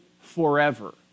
forever